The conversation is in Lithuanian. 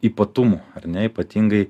ypatumų ar ne ypatingai